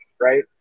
right